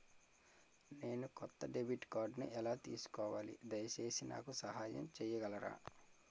నేను కొత్త డెబిట్ కార్డ్ని ఎలా తీసుకోవాలి, దయచేసి నాకు సహాయం చేయగలరా?